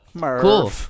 cool